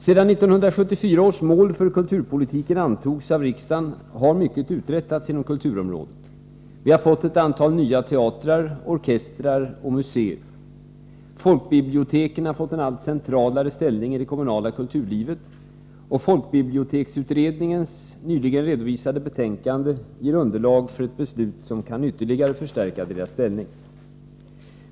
Sedan 1974 års mål för kulturpolitiken antogs av riksdagen har mycket uträttats inom kulturområdet. Vi har fått ett antal nya teatrar, orkestrar och museer. Folkbiblioteken har fått en allt centralare ställning i det kommunala kulturlivet, och folkbiblioteksutredningens nyligen redovisade betänkande ger underlag för ett beslut som kan ytterligare förstärka deras ställning.